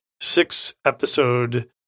six-episode